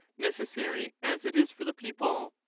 neces sary as it is for the people?